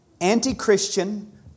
anti-Christian